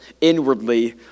inwardly